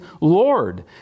Lord